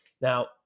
Now